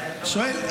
הוא שואל,